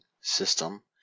system